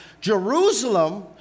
Jerusalem